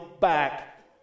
back